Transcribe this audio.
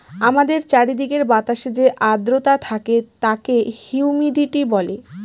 আমাদের চারিদিকের বাতাসে যে আদ্রতা থাকে তাকে হিউমিডিটি বলে